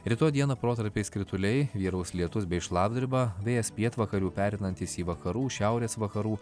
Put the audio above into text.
rytoj dieną protarpiais krituliai vyraus lietus bei šlapdriba vėjas pietvakarių pereinantis į vakarų šiaurės vakarų